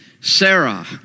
Sarah